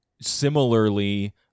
Similarly